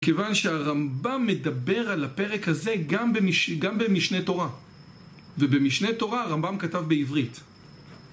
כיוון שהרמב״ם מדבר על הפרק הזה גם במשנה תורה. ובמשנה תורה הרמב״ם כתב בעברית